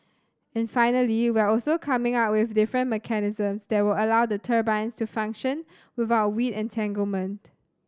and finally we're also coming up with different mechanisms that will allow the turbines to function without weed entanglement